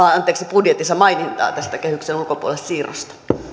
budjetissa mainintaa tästä kehyksen ulkopuolisesta siirrosta